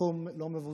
סכום לא מבוטל